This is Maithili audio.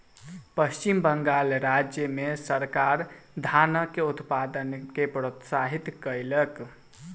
पश्चिम बंगाल राज्य मे सरकार धानक उत्पादन के प्रोत्साहित कयलक